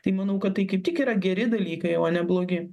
tai manau kad tai kaip tik yra geri dalykai o ne blogi